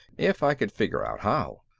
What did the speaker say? if i could figure out how.